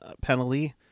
penalty